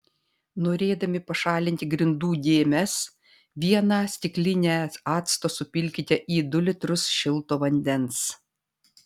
norėdami pašalinti grindų dėmes vieną stiklinę acto supilkite į du litrus šilto vandens